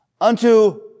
Unto